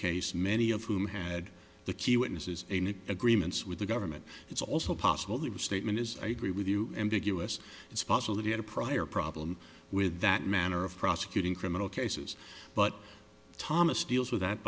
case many of whom had the key witnesses a need agreements with the government it's also possible the statement is i agree with you and the us it's possible that he had a prior problem with that manner of prosecuting criminal cases but thomas deals with that